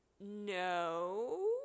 No